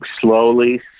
Slowly